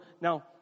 Now